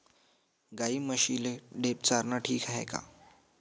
गाई म्हशीले ढेप चारनं ठीक हाये का?